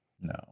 No